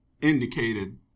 Indicated